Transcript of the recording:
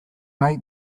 nahi